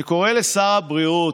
אני קורא לשר הבריאות,